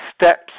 steps